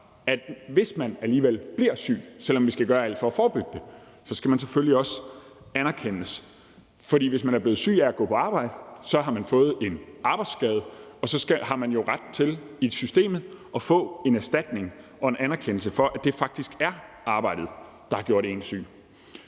at hvis man alligevel bliver syg, selv om vi skal gøre alt for at forebygge det, så skal man selvfølgelig også anerkendes. For hvis man er blevet syg af at gå på arbejde, har man fået en arbejdsskade, og så har man jo ret til i systemet at få en erstatning og en anerkendelse af, at det faktisk er arbejdet, der har gjort en syg.